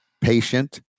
patient